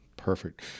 Perfect